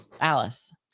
alice